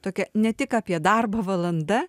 tokia ne tik apie darbą valanda